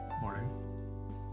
Morning